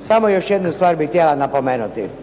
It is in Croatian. Samo još jednu stvar bih htjela napomenuti.